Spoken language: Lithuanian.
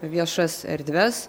viešas erdves